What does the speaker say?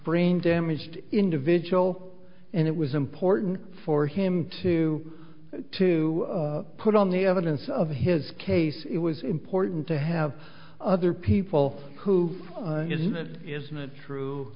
brain damaged individual and it was important for him to to put on the evidence of his case it was important to have other people who isn't isn't it true